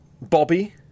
Bobby